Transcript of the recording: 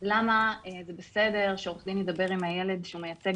למה זה בסדר שעורך דין ידבר עם הילד שהוא מייצג,